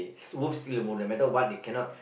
lose still lose no matter what they cannot